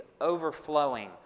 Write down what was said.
overflowing